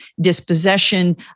dispossession